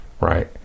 right